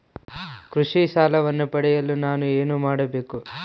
ಕೃಷಿ ಸಾಲವನ್ನು ಪಡೆಯಲು ನಾನು ಏನು ಮಾಡಬೇಕು?